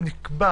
שנקבע